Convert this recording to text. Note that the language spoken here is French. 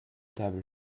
table